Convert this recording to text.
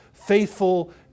Faithful